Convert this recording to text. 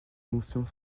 fonction